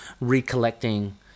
recollecting